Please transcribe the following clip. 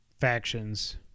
factions